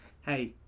hey